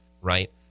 right